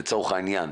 לצורך העניין,